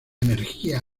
energía